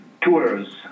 tours